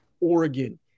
Oregon